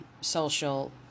social